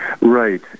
Right